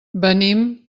venim